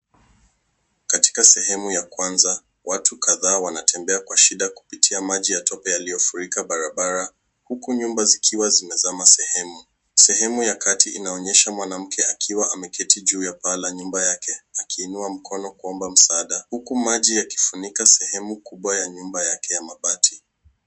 Katika sehemu ya kwanza, watu kadhaa wanatembea kwa shida kupitia maji ya tope yaliyofurika barabara, huku nyumba zikiwa zinazama sehemu. Sehemu ya kati inaonyesha mwanamke akiwa ameketi juu ya paa la nyumba yake akiinua mkono kuomba msaada, huku maji yakifunika sehemu kubwa ya nyumba yake ya mabati.